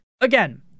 Again